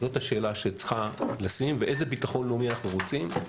זאת השאלה שצריכה להישאל ואיזה ביטחון לאומי אנחנו רוצים.